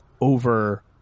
over